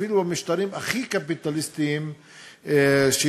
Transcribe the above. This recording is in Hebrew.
אפילו במשטרים הכי קפיטליסטיים שישנם,